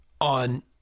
on –